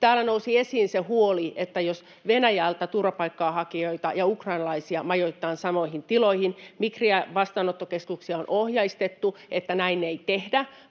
Täällä nousi esiin huoli, että jos venäläisiä ja ukrainalaisia turvapaikanhakijoita majoitetaan samoihin tiloihin: Migriä ja vastaanottokeskuksia on ohjeistettu, että näin ei tehdä